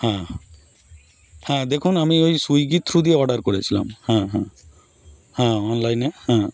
হ্যাঁ হ্যাঁ হ্যাঁ দেখুন আমি ওই সুইগির থ্রু দিয়ে অর্ডার করেছিলাম হ্যাঁ হ্যাঁ হ্যাঁ অনলাইনে হ্যাঁ